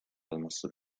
alması